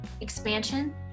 expansion